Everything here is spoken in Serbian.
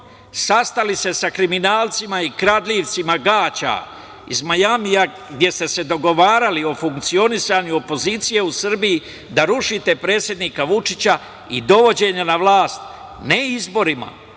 sastali se sa kriminalcima i kradljivcima gaća iz Majamija, gde ste se dogovarali o funkcionisanju opozicije u Srbiji da rušite predsednika Vučića i dovođenje na vlast ne izborima,